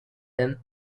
them